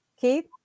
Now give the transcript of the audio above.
Keith